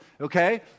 okay